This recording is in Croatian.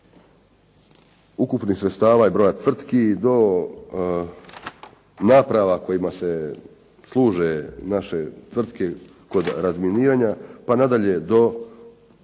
ukupnih sredstava i broja tvrtki do naprava kojima se služe naše tvrtke kod razminiranja pa nadalje do